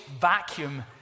vacuum